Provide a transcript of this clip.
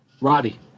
Roddy